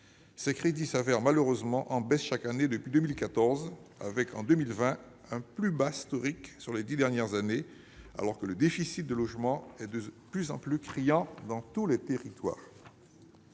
Ces crédits, qui sont malheureusement en baisse chaque année depuis 2014, atteindront en 2020 leur plus bas niveau historique sur les dix dernières années, alors que le déficit de logements est de plus en plus criant dans tous les territoires.